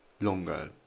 longer